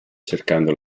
cercando